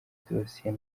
dosiye